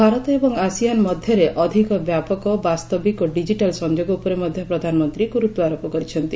ଭାରତ ଏବଂ ଆସିଆନ୍ ମଧ୍ୟରେ ଅଧିକ ବ୍ୟାପକ ବାସ୍ତବିକ ଓ ଡିଜିଟାଲ୍ ସଂଯୋଗ ଉପରେ ମଧ୍ୟ ପ୍ରଧାନମନ୍ତ୍ରୀ ଗୁରୁତ୍ୱ ଆରୋପ କରିଛନ୍ତି